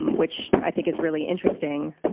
which i think is really interesting,